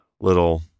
little